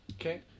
Okay